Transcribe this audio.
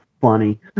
funny